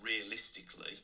realistically